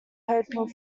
hoping